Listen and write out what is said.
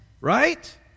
right